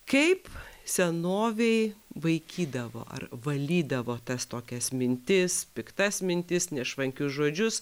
kaip senovėj vaikydavo ar valydavo tas tokias mintis piktas mintis nešvankius žodžius